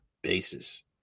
basis